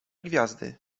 gwiazdy